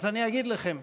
אז אני אגיד לכם: